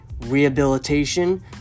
rehabilitation